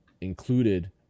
included